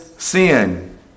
Sin